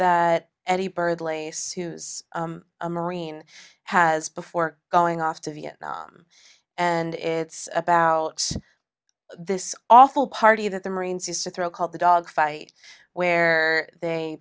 any bird lace who's a marine has before going off to vietnam and it's about this awful party that the marines used to throw called the dog fight where they